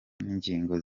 n’ingingo